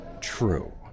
true